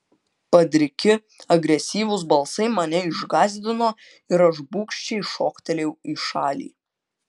padriki agresyvūs balsai mane išgąsdino ir aš bugščiai šoktelėjau į šalį